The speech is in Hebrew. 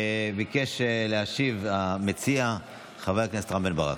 ביקש להשיב המציע חבר הכנסת רם בן ברק.